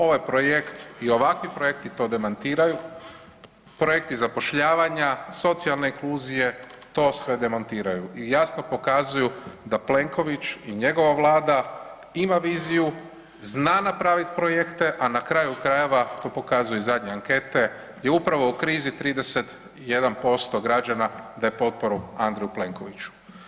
Ovaj projekt i ovakvi projekti to demantiraju, projekti zapošljavanja, socijalne inkluzije to sve demantiraju i jasno pokazuju da Plenković i njegova Vlada ima viziju, zna napraviti projekte, a na kraju krajeva to pokazuju i zadnje ankete gdje upravo u krizi 31% građana daje potporu Andreju Plenkoviću.